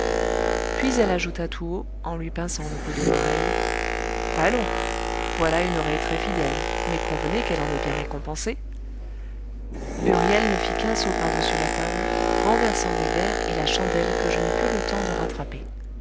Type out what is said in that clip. puis elle ajouta tout haut en lui pinçant le bout de l'oreille allons voilà une oreille très fidèle mais convenez qu'elle en est bien récompensée huriel ne fit qu'un saut par-dessus la table renversant les verres et la chandelle que je n'eus que le temps de rattraper